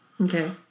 Okay